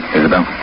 Isabel